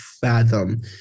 fathom